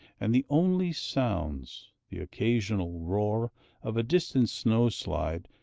and the only sounds the occasional roar of a distant snow-slide,